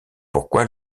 pourquoi